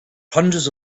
hundreds